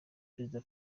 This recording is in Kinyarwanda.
prezida